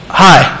hi